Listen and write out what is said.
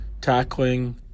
tackling